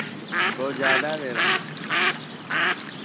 बहुत ज़्यादा दे रहें हैं आप